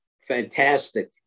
fantastic